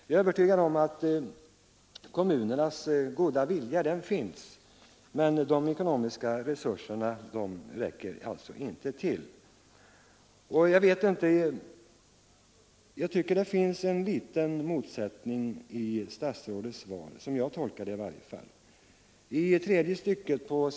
Jag är övertygad om att kommunernas goda vilja finns, men de ekonomiska resurserna räcker alltså inte till. Jag tycker vidare att det i statsrådets svar, i varje fall som jag tolkar det, lämnas ett par i viss mån motsägande besked.